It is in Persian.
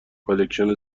کالکشن